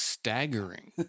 staggering